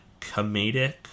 comedic